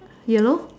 yellow